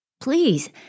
please